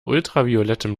ultraviolettem